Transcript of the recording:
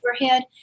overhead